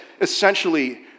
essentially